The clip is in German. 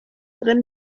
brennen